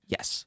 Yes